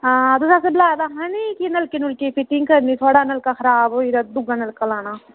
हां तुस असेंगी बलाए दा हा नी कि नलकै नुलके दी फिटिंग करनी थुआढ़ा नलका खराब होई दा दूआ नलका लाना